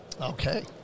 Okay